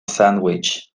sandwich